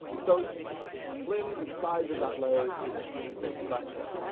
so clearly the size of that layer is a big, big factor.